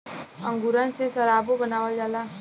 अंगूरन से सराबो बनावल जाला